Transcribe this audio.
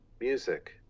music